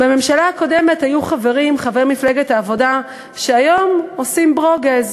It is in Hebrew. בממשלה הקודמת היו חברים חברי מפלגת העבודה שהיום עושים ברוגז.